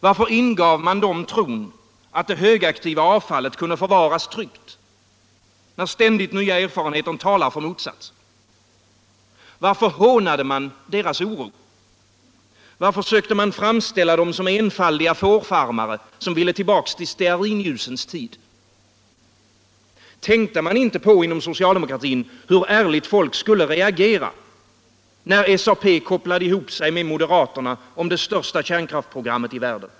Varför ingav man dem tron att det högaktiva avfallet kunde förvaras tryggt, när ständigt nya erfarenheter talar för motsatsen? Varför hånade man deras oro? Varför sökte man framställa dem som enfaldiga fårfarmarc, som ville tillbaka till stearinljusens tid? Tänkte man inte på inom socialdemokratin hur ärligt folk skulle reagera, när socialdemokraterna kopplade ihop sig med moderaterna om det största kärnkraftsprogrammet i världen?